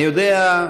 אני יודע,